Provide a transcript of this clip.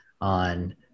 on